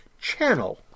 channel